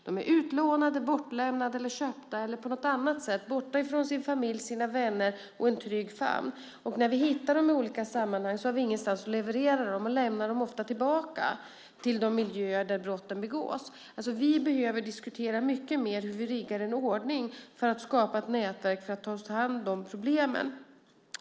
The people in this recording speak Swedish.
De är utlånade, bortlämnade, köpta eller på något annat sätt borta från sina familjer, sina vänner och en trygg famn. Och när vi hittar dem i olika sammanhang har vi ingenstans att leverera dem utan lämnar dem ofta tillbaka till de miljöer där brotten begås. Vi behöver alltså diskutera mycket mer hur vi riggar en ordning för att skapa ett nätverk för att ta hand om problemen.